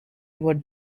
what